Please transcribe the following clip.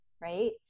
right